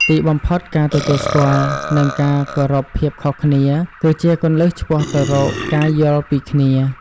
ទីបំផុត ការទទួលស្គាល់ និងការគោរពភាពខុសគ្នាគឺជាគន្លឹះឆ្ពោះទៅរកការយល់ពីគ្នា។